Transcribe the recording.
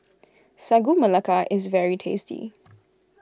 Sagu Melaka is very tasty